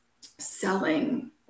selling